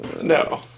No